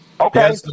Okay